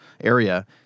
area